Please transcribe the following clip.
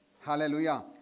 Hallelujah